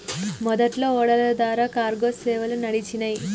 మొదట్లో ఓడల ద్వారా కార్గో సేవలు నడిచినాయ్